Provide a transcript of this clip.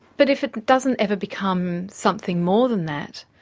but if it doesn't ever become something more than that,